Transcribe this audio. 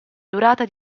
durata